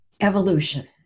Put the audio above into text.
evolution